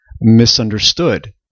Misunderstood